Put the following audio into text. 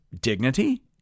dignity